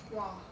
!wah!